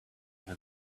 when